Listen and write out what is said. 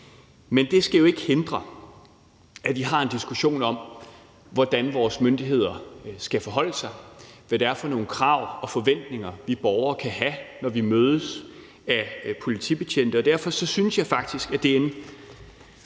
Men det skal jo ikke hindre, at vi har en diskussion om, hvordan vores myndigheder skal forholde sig, og hvad det er for nogle krav og forventninger, vi borgere kan have, når vi mødes af politibetjente, og derfor synes jeg faktisk, at meget af